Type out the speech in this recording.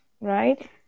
right